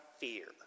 fear